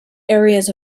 areas